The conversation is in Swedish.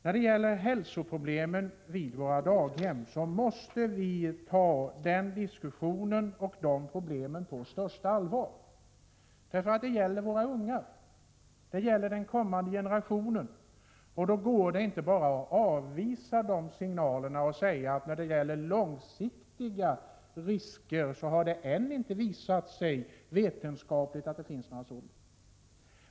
När det gäller hälsoproblemen vid våra daghem måste vi ta den diskussionen och de problemen på största allvar, eftersom det gäller våra ungar, det gäller den kommande generationen. Då går det inte att bara avvisa dessa signaler och säga att det vetenskapligt ännu inte har visat sig att det finns några långsiktiga risker.